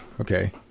Okay